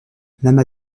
lames